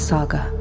Saga